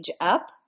Up